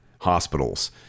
Hospitals